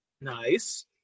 Nice